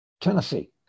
Tennessee